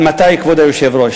עד מתי, כבוד היושב-ראש?